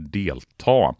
delta